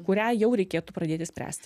kurią jau reikėtų pradėti spręsti